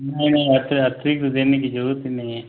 नहीं नहीं अतिरिक्त देने की जरूरत ही नहीं है